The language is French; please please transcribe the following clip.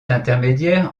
intermédiaire